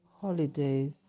holidays